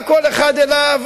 כל אחד בא אליו,